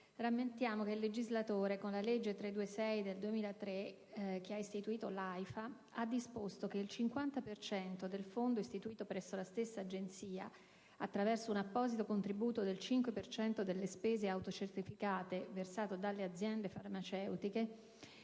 rare, ricordo che il legislatore, con la legge n. 326 del 2003, che ha istituito l'AIFA, ha disposto che il 50 per cento del Fondo istituito presso la stessa Agenzia, attraverso un apposito contributo del 5 per cento delle spese autocertificate versato dalle aziende farmaceutiche,